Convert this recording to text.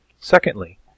Secondly